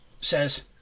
says